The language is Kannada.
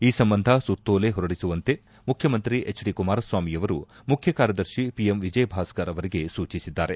ಈ ಸಂಬಂಧ ಸುತ್ತೋಲೆ ಹೊರಡಿಸುವಂತೆ ಮುಖ್ಯಮಂತ್ರಿ ಹೆಚ್ ಡಿ ಕುಮಾರಸ್ವಾಮಿಯವರು ಮುಖ್ಯ ಕಾರ್ಯದರ್ಶಿ ಪಿ ಎಂ ವಿಜಯಭಾಸ್ತರ್ ಅವರಿಗೆ ಸೂಚಿಸಿದ್ದಾರೆ